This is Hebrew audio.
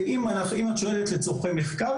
אם את שואלת לצורכי מחקר,